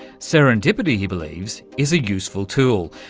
serendipity, he believes, is a useful tool,